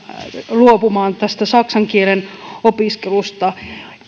luopumaan tästä ranskan kielen opiskelusta